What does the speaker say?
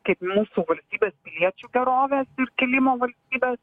kaip mūsų valstybės piliečių gerovės ir kilimo valstybės